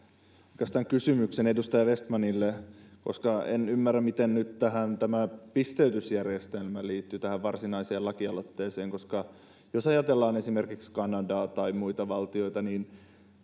oikeastaan kysyä edustaja vestmanilta en ymmärrä miten nyt tämä pisteytysjärjestelmä liittyy tähän varsinaiseen lakialoitteeseen koska jos ajatellaan esimerkiksi kanadaa tai muita valtioita niin